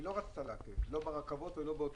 היא לא רצתה לעכב, לא ברכבות ולא באוטובוסים.